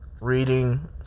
reading